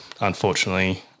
unfortunately